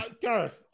Gareth